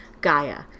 Gaia